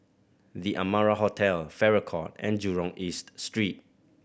The Amara Hotel Farrer Court and Jurong East Street